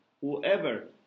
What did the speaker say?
Whoever